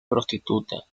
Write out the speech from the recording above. prostituta